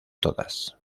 todas